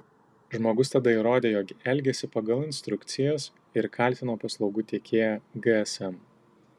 žmogus tada įrodė jog elgėsi pagal instrukcijas ir kaltino paslaugų teikėją gsm